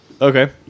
Okay